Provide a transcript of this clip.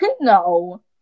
no